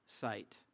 sight